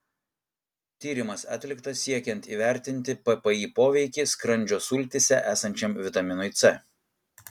tyrimas atliktas siekiant įvertinti ppi poveikį skrandžio sultyse esančiam vitaminui c